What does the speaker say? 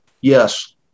Yes